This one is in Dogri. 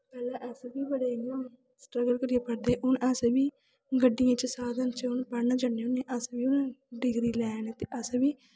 ते अस बी बड़े इ'यां स्टर्गल करियै पढ़दे हे हून अस बी गड्डियें च साधन च पढ़न जन्ने होन्ने आं अस बी डिग्री लै नें ते अस बी